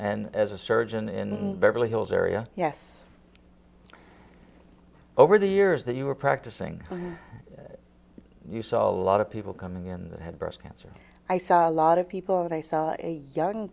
and as a surgeon in beverly hills area yes over the years that you were practicing you saw a lot of people coming in that had breast cancer i saw a lot of people and i saw a young